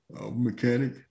Mechanic